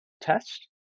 test